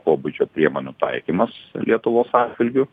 pobūdžio priemonių taikymas lietuvos atžvilgiu